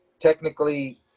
technically